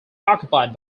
occupied